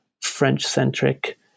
French-centric